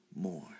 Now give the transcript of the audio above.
more